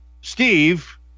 Steve